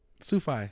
Sufi